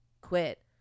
quit